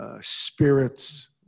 spirits